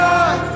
God